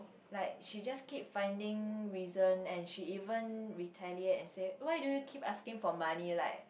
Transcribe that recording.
like she just keep finding reason and she even retaliate and say why do you keep asking for money like